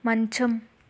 మంచం